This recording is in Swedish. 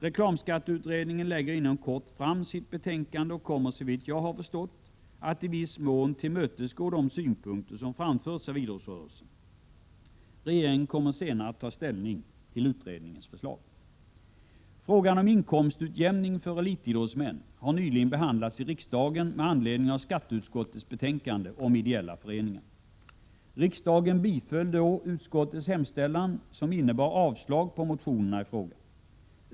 Reklamskatteutredningen lägger inom kort fram sitt betänkande och kommer såvitt jag har förstått att i viss mån tillmötesgå de synpunkter som framförts av idrottsrörelsen. Regeringen kommer senare att ta ställning till utredningens förslag. Frågan om inkomstutjämning för elitidrottsmän har nyligen behandlats i riksdagen med anledning av skatteutskottets betänkande om ideella föreningar. Riksdagen biföll då utskottets hemställan som innebar avslag på motionerna i fråga.